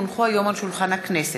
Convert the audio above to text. כי הונחו היום על שולחן הכנסת,